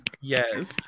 Yes